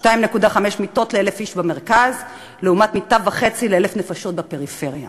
2.5 מיטות ל-1,000 איש במרכז לעומת מיטה וחצי ל-1,000 נפשות בפריפריה,